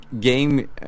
game